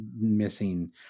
missing